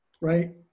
right